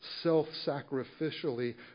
self-sacrificially